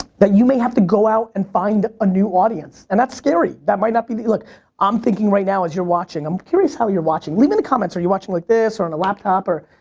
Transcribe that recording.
that you may have to go out, and find a new audience, and that's scary that might not be the, look i'm thinking right know as your watching, i'm curious how you're watching, leave in the comments, are you watching like this? or on the laptop, or,